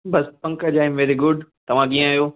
बसि Pankaj I am very good तव्हां कीअं आहियो